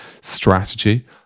strategy